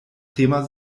thema